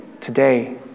today